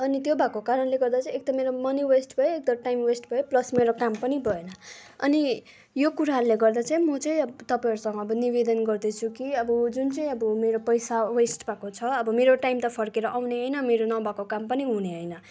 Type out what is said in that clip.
अनि त्यो भएको कारणले गर्दा चाहिँ एक त मेरो मनी वेस्ट भयो एक त टाइम वेस्ट भयो प्लस मेरो काम पनि भएन अनि यो कुराहरूले गर्दा चाहिँ म चाहिँ अब तपाईँहरूसँग पनि निवेदन गर्दैछु कि अब जुन चाहिँ अब मेरो पैसा वेस्ट भएको छ अब मेरो टाइम त फर्केर आउने होइन मेरो नभएको काम पनि हुने होइन